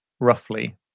roughly